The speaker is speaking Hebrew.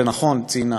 ונכון ציינה,